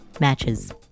matches